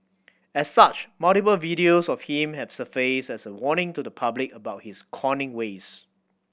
as such multiple videos of him have surfaced as a warning to the public about his conning ways